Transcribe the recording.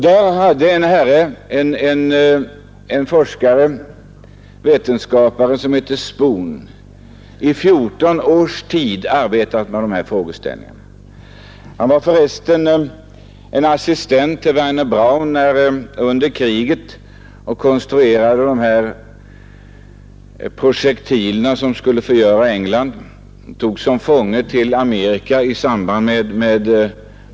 Där hade en vetenskapare som hette Spum i 14 års tid arbetat med dessa frågeställningar. Han var för resten en av Wernher von Brauns assistenter under kriget och var med om att konstruera de projektiler som skulle förgöra England; tillsammans med von Braun togs han som fånge över till Amerika.